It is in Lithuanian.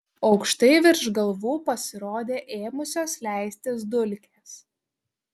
aukštai virš galvų pasirodė ėmusios leistis dulkės